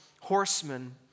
horsemen